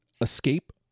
Escape